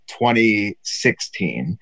2016